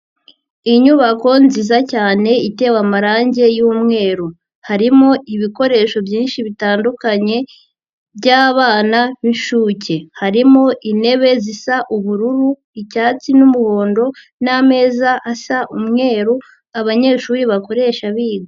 Inyubako nziza cyane itewe amarangi y'umweru, harimo ibikoresho byinshi bitandukanye byabana b'inshuke, harimo intebe zisa ubururu, icyatsi n'umuhondo, n'ameza asa umweru abanyeshuri bakoresha biga.